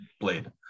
blade